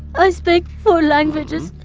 i speak four languages.